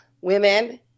women